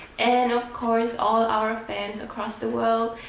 and of course, all our fans across the world,